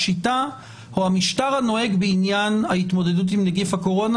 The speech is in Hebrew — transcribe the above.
השיטה או המשטר הנוהג בעניין ההתמודדות עם נגיף הקורונה